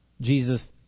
Jesus